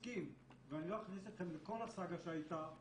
ואני לא אכניס אתכם לכל הסאגה שהייתה,